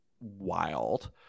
wild